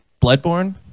Bloodborne